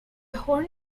horn